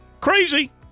crazy